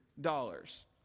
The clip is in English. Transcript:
dollars